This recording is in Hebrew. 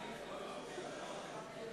ראש הממשלה נתקבלה.